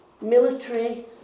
military